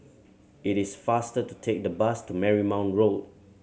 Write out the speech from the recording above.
it is faster to take the bus to Marymount Road